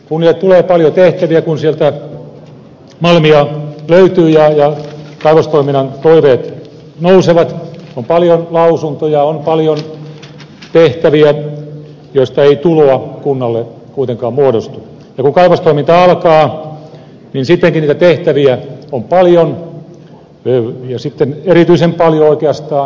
niille tulee paljon tehtäviä kun sieltä malmia löytyy ja kaivostoiminnan toiveet nousevat on paljon lausuntoja on paljon tehtäviä joista ei tuloa kunnalle kuitenkaan muodostu ja kun kaivostoiminta alkaa sittenkin niitä tehtäviä on paljon ja erityisen paljon oikeastaan